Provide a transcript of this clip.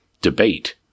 debate